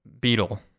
beetle